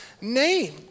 name